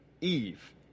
Eve